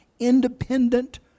independent